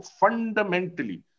fundamentally